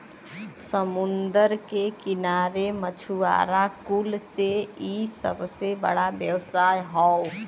समुंदर के किनारे मछुआरा कुल से इ सबसे बड़ा व्यवसाय हौ